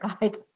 guide